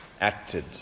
acted